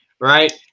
Right